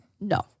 No